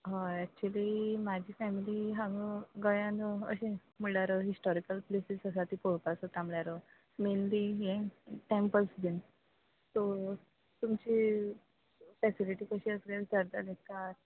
हय एक्चुली म्हाजी फॅमिली हांगा गोंयान अशें म्हणल्यार हिस्टॉरिकल प्लेसीस आसा ती पळोवपा सोदता म्हळ्यार मेनली हें टॅम्पल्स बीन सो तुमची फॅसिलिटी कशी आस तें विचारतालें का